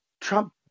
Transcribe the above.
Trump